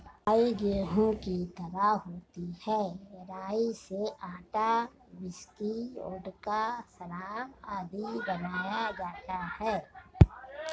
राई गेहूं की तरह होती है राई से आटा, व्हिस्की, वोडका, शराब आदि बनाया जाता है